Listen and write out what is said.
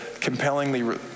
Compellingly